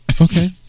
Okay